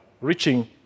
reaching